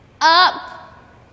Up